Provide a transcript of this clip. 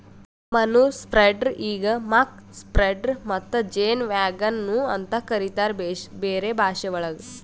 manure spreader ಈಗ್ muck spreader ಮತ್ತ ಜೇನ್ ವ್ಯಾಗನ್ ನು ಅಂತ ಕರಿತಾರ್ ಬೇರೆ ಭಾಷೆವಳಗ್